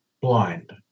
blind